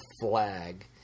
flag